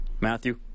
Matthew